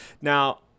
Now